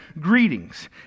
Greetings